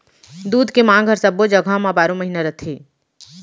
दूद के मांग हर सब्बो जघा म बारो महिना रथे